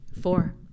four